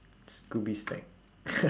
scooby snack